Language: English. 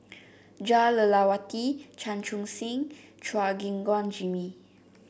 Jah Lelawati Chan Chun Sing Chua Gim Guan Jimmy